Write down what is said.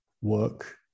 work